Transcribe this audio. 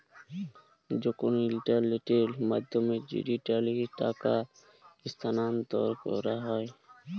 যখল ইলটারলেটের মাধ্যমে ডিজিটালি টাকা স্থালাল্তর ক্যরা হ্যয়